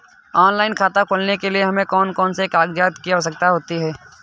Online खाता खोलने के लिए हमें कौन कौन से कागजात की आवश्यकता होती है?